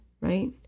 right